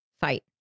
fight